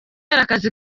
akazi